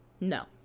No